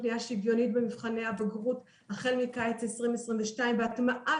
פניה שוויונית במבחני הבגרות החל מקיץ 2022 והטמעה